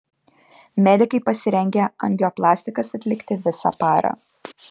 medikai pasirengę angioplastikas atlikti visą parą